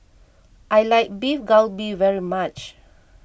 I like Beef Galbi very much